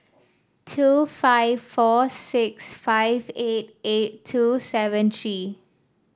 two five four six five eight eight two seven three